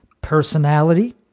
personality